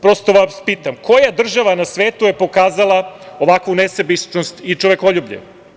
Prosto vas pitam – koja država na svetu je pokazala ovakvu nesebičnosti i čovekoljublje?